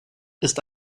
ist